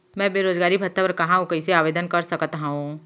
मैं बेरोजगारी भत्ता बर कहाँ अऊ कइसे आवेदन कर सकत हओं?